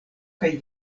kaj